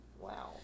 wow